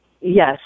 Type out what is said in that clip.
Yes